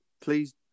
please